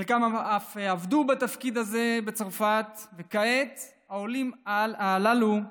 חלקם אף עבדו בתפקיד הזה בצרפת, וכעת העולים הללו,